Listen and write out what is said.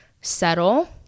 settle